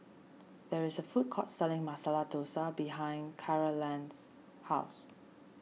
there is a food court selling Masala Dosa behind Carolann's house